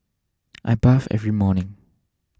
I bathe every morning